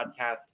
podcast